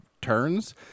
turns